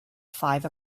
five